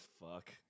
fuck